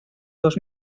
dos